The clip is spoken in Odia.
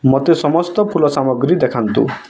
ମୋତେ ସମସ୍ତ ଫୁଲ ସାମଗ୍ରୀ ଦେଖାନ୍ତୁ